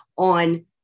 on